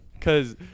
Cause